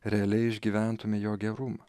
realiai išgyventume jo gerumą